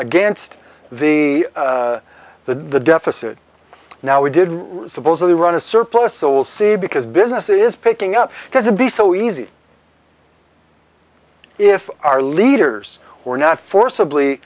against the the deficit now we did supposedly run a surplus so we'll see because business is picking up because it be so easy if our leaders were not forcibly